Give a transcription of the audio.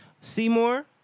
Seymour